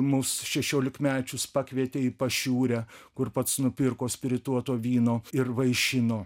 mus šešiolikmečius pakvietė į pašiūrę kur pats nupirko spirituoto vyno ir vaišino